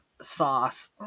sauce